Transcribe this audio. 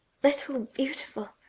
little beautiful!